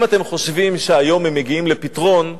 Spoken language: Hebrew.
אם אתם חושבים שהיום הם מגיעים לפתרון,